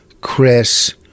Chris